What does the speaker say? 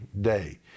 day